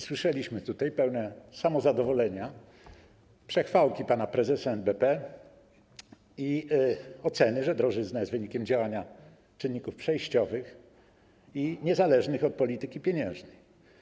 Słyszeliśmy tutaj pełne samozadowolenia przechwałki pana prezesa NBP i oceny, że drożyzna jest wynikiem działania czynników przejściowych i niezależnych od polityki pieniężnej.